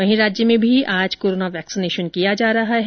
वहीं राज्य में भी आज वैक्सीनेशन किया जा रहा है